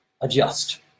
Adjust